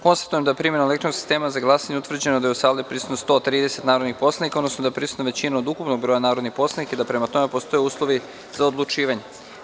Konstatujem da je primenom elektronskog sistema za glasanje utvrđeno da je u sali prisutno 130 narodnih poslanika, odnosno da je prisutna većina od ukupnog broja narodnih poslanika i da, prema tome, postoje uslovi za odlučivanje.